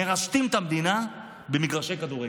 מרשתים את המדינה במגרשי כדורגל.